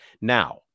Now